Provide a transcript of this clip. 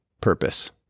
purpose